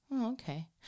okay